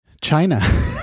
China